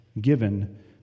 given